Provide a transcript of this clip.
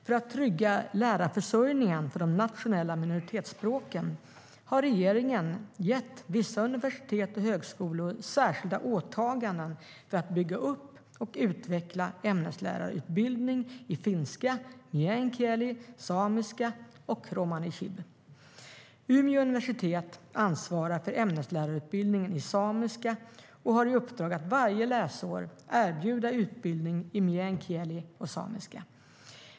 För att trygga lärarförsörjningen för de nationella minoritetsspråken har regeringen gett vissa universitet och högskolor särskilda åtaganden för att bygga upp och utveckla ämneslärarutbildning i finska, meänkieli, samiska och romani chib. Umeå universitet ansvarar för ämneslärarutbildning i samiska och har i uppdrag att varje läsår erbjuda utbildning i meänkieli och samiska.